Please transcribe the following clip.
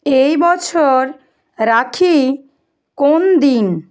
এই বছর রাখী কোন দিন